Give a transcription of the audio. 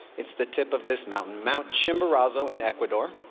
it's the tip of this mountain mount chimborazo in ecuador.